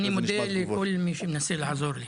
אני מודה לכל מי שמנסה לעזור לי,